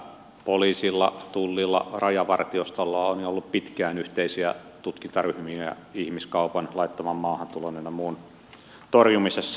poliisilla tullilla ja rajavartiostolla on ollut jo pitkään yhteisiä tutkintaryhmiä ihmiskaupan laittoman maahantulon ynnä muun torjumisessa